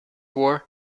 war